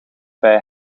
bij